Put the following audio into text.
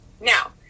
Now